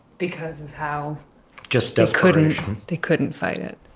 because of how just ah couldn't they couldn't fight it.